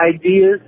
ideas